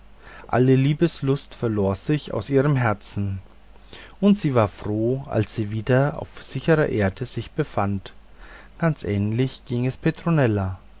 alle liebeslust verlor sich aus ihrem herzen und sie war froh als sie wieder auf sicherer erde sich befand ganz ähnlich ging es petronella